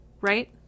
right